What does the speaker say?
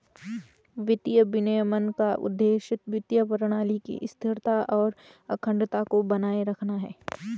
वित्तीय विनियमन का उद्देश्य वित्तीय प्रणाली की स्थिरता और अखंडता को बनाए रखना है